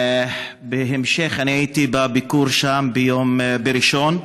הייתי בביקור שם ביום ראשון.